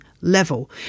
level